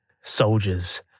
Soldiers